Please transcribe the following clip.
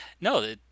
No